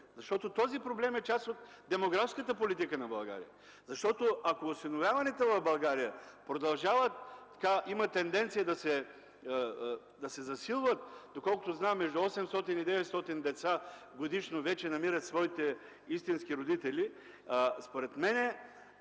защото той е част от демографската политика на България. Ако осиновяванията в България продължават – има тенденция да се засилват и доколкото знам между 800 и 900 деца годишно намират своите истински родители, според мен